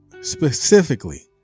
specifically